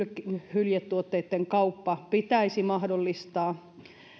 hyljetuotteitten kauppa pitäisi mahdollistaa